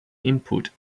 input